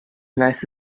nice